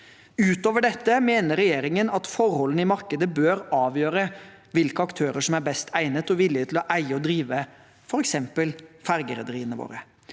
Utover dette mener regjeringen at forholdene i markedet bør avgjøre hvilke aktører som er best egnet, og som er villige til å eie og drive f.eks. fergerederiene våre.